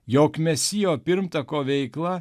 jog mesijo pirmtako veikla